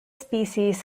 species